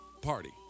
party